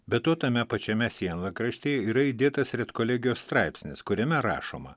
be to tame pačiame sienlakraštyje yra įdėtas redkolegijos straipsnis kuriame rašoma